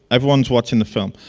everyone's watching the film.